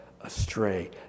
astray